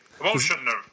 emotional